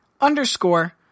underscore